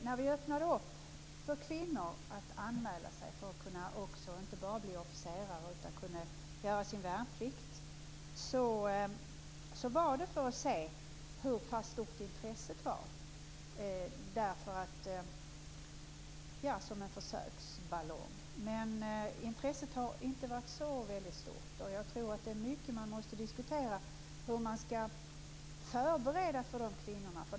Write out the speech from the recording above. När vi öppnade möjligheten för kvinnor att anmäla sig för att inte bara bli officerare utan även för att göra sin värnplikt var det för att se hur pass stort intresset var, som ett försök. Men intresset har inte varit så väldigt stort. Jag tror att det är mycket som man måste diskutera, hur man skall förbereda för dessa kvinnor.